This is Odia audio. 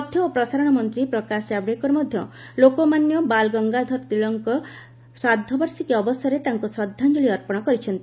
ତଥ୍ୟ ଓ ପ୍ରସାରଣ ମନ୍ତ୍ରୀ ପ୍ରକାଶ ଜାଭେଡକର ମଧ୍ୟ ଲୋକମାନ୍ୟ ବାଲ ଗଙ୍ଗାଧର ତିଳକଙ୍କ ଶ୍ରାଦ୍ଧବାର୍ଷିକୀ ଅବସରରେ ତାଙ୍କୁ ଶ୍ରଦ୍ଧାଞ୍ଜଳି ଅର୍ପଣ କରିଛନ୍ତି